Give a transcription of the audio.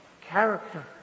character